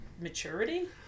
maturity